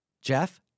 Jeff